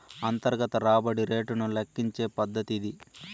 అంతర్గత రాబడి రేటును లెక్కించే పద్దతి ఇది